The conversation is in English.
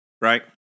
right